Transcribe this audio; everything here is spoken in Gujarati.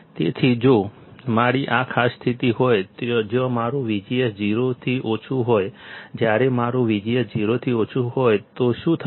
તેથી જો મારી આ ખાસ સ્થિતિ હોય જ્યાં મારું VGS 0 થી ઓછું હોય જ્યારે મારું VGS 0 થી ઓછું હોય તો શું થશે